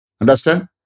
Understand